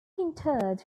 interred